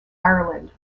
ireland